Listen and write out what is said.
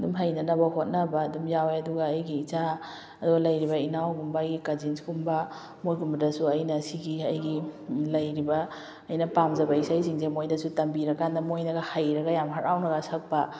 ꯑꯗꯨꯝ ꯍꯩꯅꯅꯕ ꯍꯣꯠꯅꯕ ꯑꯗꯨꯝ ꯌꯥꯎꯋꯦ ꯑꯗꯨꯒ ꯑꯩꯒꯤ ꯏꯆꯥ ꯑꯗꯨꯒ ꯂꯩꯔꯤꯕ ꯏꯅꯥꯎꯒꯨꯝꯕ ꯑꯩꯒꯤ ꯀꯥꯖꯤꯟꯁ ꯀꯨꯝꯕ ꯃꯣꯏꯒꯨꯝꯕꯗꯁꯨ ꯑꯩꯅ ꯁꯤꯒꯤ ꯑꯩꯒꯤ ꯂꯩꯔꯤꯕ ꯑꯩꯅ ꯄꯥꯝꯖꯕ ꯏꯁꯩꯁꯤꯡꯁꯦ ꯃꯣꯏꯗꯁꯨ ꯇꯝꯕꯤꯔ ꯀꯥꯟꯗ ꯃꯣꯏꯅꯒ ꯍꯩꯔꯒ ꯌꯥꯝ ꯍꯔꯥꯎꯅꯒ ꯁꯛꯄ